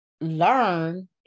learn